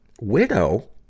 Widow